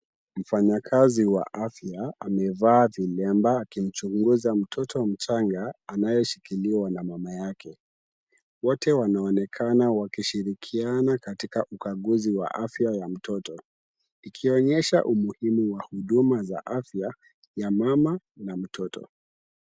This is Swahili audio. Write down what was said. Mfanyakazi wa afya amevaa vilemba akichunguza mtoto mchanga anayeshikiliwa na mama yake. Wote wanaonekana wakishirikiana katika ukaguzi wa afya ya mtoto, ikionyesha umuhimu wa huduma za afya ya mama na mtoto.